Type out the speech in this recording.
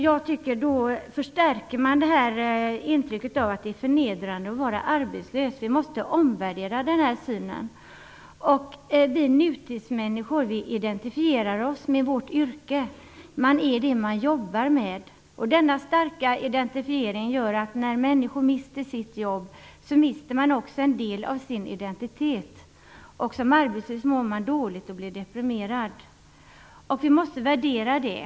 Jag tycker att man då förstärker det här intrycket av att det är förnedrande att vara arbetslös. Vi måste omvärdera den synen. Vi nutidsmänniskor identifierar oss med vårt yrke. Man är det man jobbar med. Denna starka identifiering gör att när man mister sitt jobb, mister man också en del av sin identitet. Som arbetslös mår man dåligt och blir deprimerad. Vi måste värdera det.